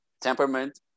temperament